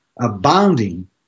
abounding